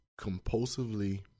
compulsively